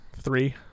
Three